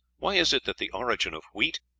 why is it that the origin of wheat,